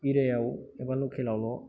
एरियायाव एबा लखेलावल'